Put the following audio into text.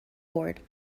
board